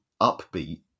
upbeat